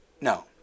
No